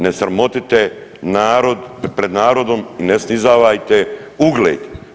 Ne sramotite narod pred narodom i ne snizavajte ugled.